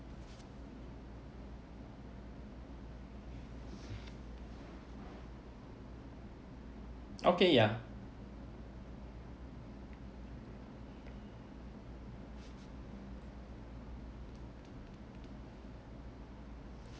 okay ya